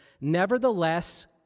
nevertheless